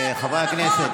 לא שכנעתם.